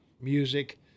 music